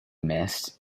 missed